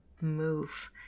Move